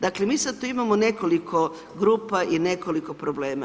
Dakle, mi sad tu imamo nekoliko grupa i nekoliko problema.